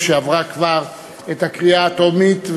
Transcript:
עברה כבר את הקריאה הטרומית,